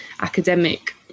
academic